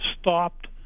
stopped